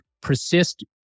persist